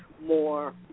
more